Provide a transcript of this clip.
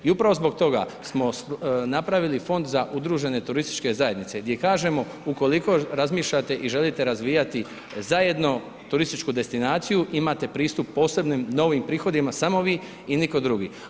I upravo zbog toga smo napravili fond za udružene turističke zajednice gdje kažemo ukoliko razmišljate i želite razvijati zajedno turističku destinaciju, imate pristup posebnim, novim prihodima, samo vi i nitko drugi.